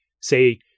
say